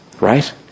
right